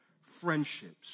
friendships